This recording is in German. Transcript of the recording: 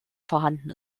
vorhanden